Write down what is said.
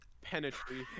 Penetrate